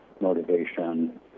motivation